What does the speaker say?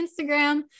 Instagram